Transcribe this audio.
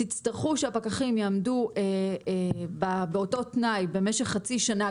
אתם תצטרכו שהפקחים יעמדו באותו תנאי במשך חצי שנה,